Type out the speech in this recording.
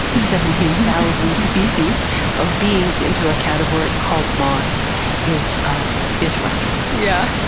seventeen thousand species of beings into a category called moss is is frustrating. yeah,